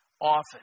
office